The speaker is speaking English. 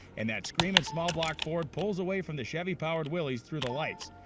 and that screamin' small block ford pulls away from the chevy-powered willys through the lights.